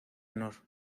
honor